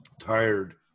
Tired